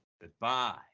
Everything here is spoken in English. Goodbye